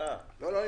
הפגיעה לא זהה.